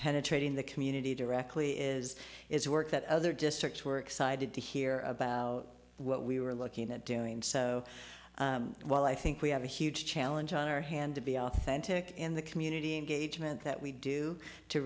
penetrating the community directly is it's work that other districts were excited to hear about what we were looking at doing so while i think we have a huge challenge on our hand to be authentic in the community engagement that we do to